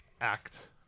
act